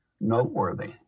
noteworthy